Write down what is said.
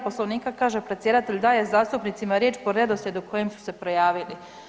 Poslovnika kaže predsjedatelj daje zastupnicima riječ po redoslijedu kojim su se prijavili.